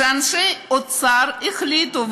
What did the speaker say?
אנשי האוצר החליטו,